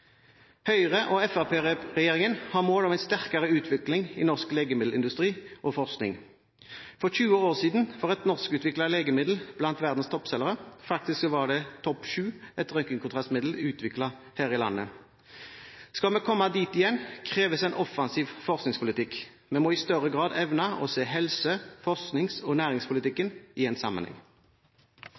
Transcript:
har mål om en sterkere utvikling i norsk legemiddelindustri og -forskning. For tjue år siden var et norskutviklet legemiddel blant verdens toppselgere, faktisk var det topp sju – et røntgenkontrastmiddel utviklet her i landet. Skal vi komme dit igjen, kreves en offensiv forskningspolitikk. Vi må i større grad evne å se helse-, forsknings- og næringspolitikken i sammenheng.